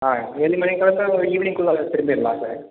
ஆ கிளம்புனா ஒரு ஈவ்னிங்க்குள்ளே திரும்பிடலாம் சார்